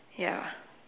ya